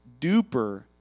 duper